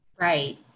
Right